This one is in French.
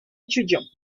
étudiant